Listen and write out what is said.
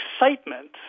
excitement